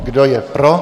Kdo je pro?